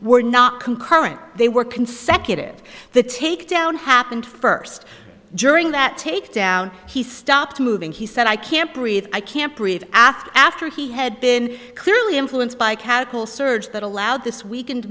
concurrent they were consecutive the takedown happened first during that takedown he stopped moving he said i can't breathe i can't breathe after after he had been clearly influenced by cattle surge that allowed this weaken